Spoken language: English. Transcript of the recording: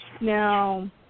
Now